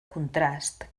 contrast